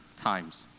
times